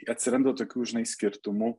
atsiranda tokių žinai skirtumų